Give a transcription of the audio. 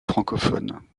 francophones